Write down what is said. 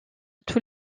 tous